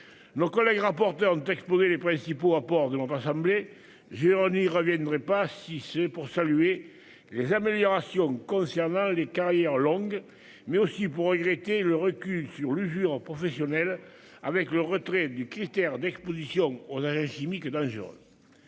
Nos collègues rapporteurs ont exposé les principaux apports de notre assemblée. Je n'y reviendrai pas, si ce n'est pour saluer les améliorations concernant les carrières longues, mais aussi pour regretter le recul sur l'usure professionnelle à la suite du retrait du critère d'exposition aux agents chimiques dangereux.